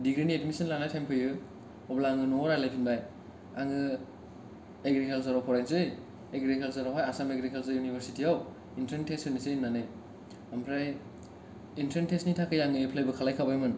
डिग्रिनि admission लानाय time फैयो अब्ला आं न'आव रायलायफिनबाय आङो एग्रिकालसारआव फरायसै एग्रिकालसारआवहाय आसाम एग्रिकालसार इउनिभारसिटीआव इनथ्रेन्स तेस्थ होनोसै होननानै ओमफ्राय इनथ्रेन्स तेस्थनि थाखाय आङो एफ्लायबो खालायखाबायमोन